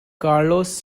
carlos